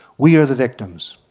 we are the victims